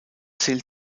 zählt